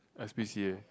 S_P_C_A